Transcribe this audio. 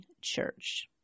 church